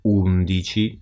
undici